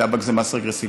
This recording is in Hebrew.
טבק זה מס רגרסיבי,